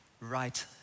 right